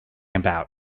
about